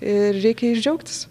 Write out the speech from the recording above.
ir reikia jais džiaugtis